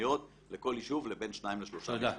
תוכניות לכל יישוב, בין שניים לשלושה משטחים.